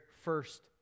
first